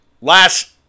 last